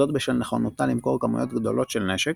זאת בשל נכונותה למכור כמויות גדולות של נשק,